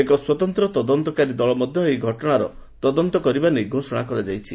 ଏକ ସ୍ୱତନ୍ତ୍ର ତଦନ୍ତକାରୀ ଦଳ ମଧ୍ୟ ଏହି ଘଟଣାର ତଦନ୍ତ କରିବା ନେଇ ଘୋଷଣା କରାଯାଇଛି